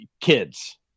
kids